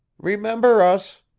remember us!